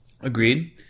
Agreed